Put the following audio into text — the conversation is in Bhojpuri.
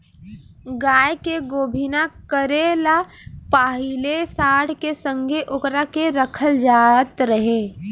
गाय के गोभिना करे ला पाहिले सांड के संघे ओकरा के रखल जात रहे